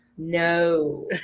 no